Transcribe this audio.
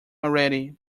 already